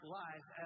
life